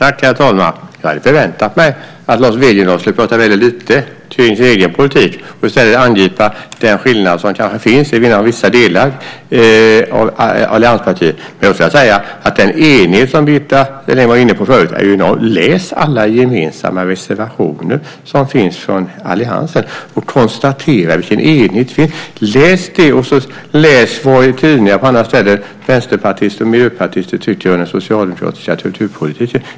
Herr talman! Jag hade förväntat mig att Lars Wegendal skulle prata väldigt lite kring sin egen politik och i stället angripa den skillnad som kanske finns inom vissa delar av allianspartierna. Enigheten var Birgitta Sellén inne på förut. Läs alla gemensamma reservationer som finns från alliansen och konstatera vilken enighet det finns! Läs det! Och läs i tidningar och på andra ställen vad vänsterpartister och miljöpartister tycker om den socialdemokratiska kulturpolitiken!